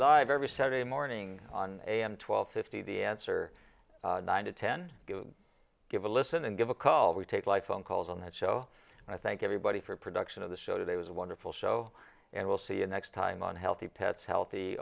live every saturday morning on am twelve fifty the answer nine to ten give a listen and give a call we take life phone calls on that show i thank everybody for production of the show today was a wonderful show and we'll see you next time on healthy pets healthy